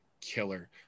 killer